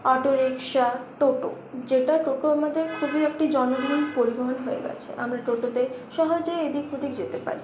autorickshaw toto যেটা টোটো আমদের খুবই একটি জনপ্রিয় পরিবহণ হয়ে গেছে আমরা টোটোতে সহজেই এদিক ওদিক যেতে পারি